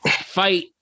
fight